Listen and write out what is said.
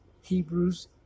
Hebrews